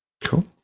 Cool